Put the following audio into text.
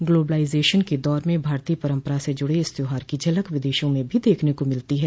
globalisation के दौर में भारतीय परम्परा से जुड़े इस त्यौहार की झलक विदेशों में भी देखने को मिलती है